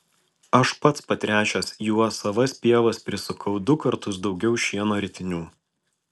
aš pats patręšęs juo savas pievas prisukau du kartus daugiau šieno ritinių